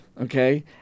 Okay